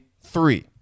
three